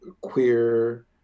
queer